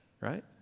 right